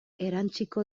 erantsiko